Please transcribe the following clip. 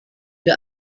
der